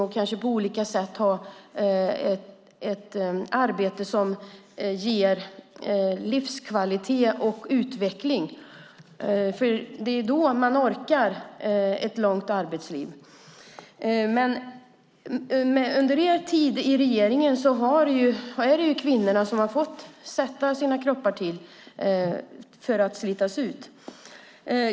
Det handlar om att på olika sätt ha ett arbete som ger livskvalitet och utveckling, för det är då man orkar med ett långt arbetsliv. Men under er tid i regeringen är det kvinnorna som har fått slita ut sina kroppar.